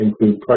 include